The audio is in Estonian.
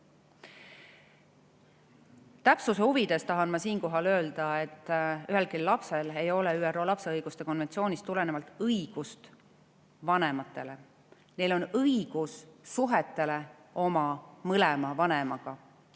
Täpsuse huvides tahan ma siinkohal öelda, et ühelgi lapsel ei ole ÜRO lapse õiguste konventsioonist tulenevalt õigust vanematele. Neil on õigus suhtele oma mõlema vanemaga